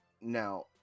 Now